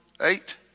eight